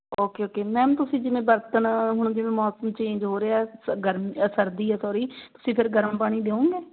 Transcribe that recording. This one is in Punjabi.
ਓਕੇ ਓਕੇ ਮੈਮ ਤੁਸੀਂ ਜਿਵੇਂ ਬਰਤਨ ਹੁਣ ਜਿਵੇਂ ਮੌਸਮ ਚੇਂਜ ਹੋ ਰਿਹਾ ਹੈ ਸ ਗਰਮ ਸਰਦੀ ਹੈ ਸੋਰੀ ਤੁਸੀਂ ਫਿਰ ਗਰਮ ਪਾਣੀ ਦਿਉਂਗੇ